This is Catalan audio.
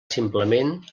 simplement